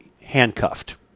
handcuffed